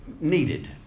needed